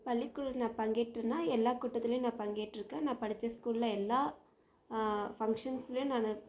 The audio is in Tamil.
பள்ளிக்கூடம் நான் பங்கேற்றனா எல்லா கூட்டத்திலேயும் நான் பங்கேற்றுருக்கேன் நான் படித்த ஸ்கூலில் எல்லா ஃபங்க்ஷன்ஸுலேயும் நான்